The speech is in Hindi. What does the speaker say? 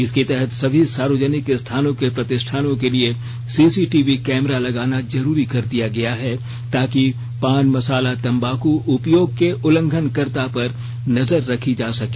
इसके तहत सभी सार्वजनिक स्थानों के प्रतिष्ठानों के लिए सीसीटीवी कैमरा लगाना जरूरी कर दिया गया है ताकि पान मसाला तंबाकू उपयोग के उल्लंघनकर्ता पर नजर रखी जा सके